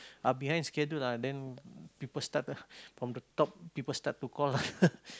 are behind schedule ah then people started from the top people start to call ah